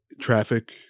Traffic